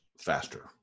faster